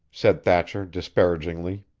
said thatcher disparagingly.